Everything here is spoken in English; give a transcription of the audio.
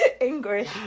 English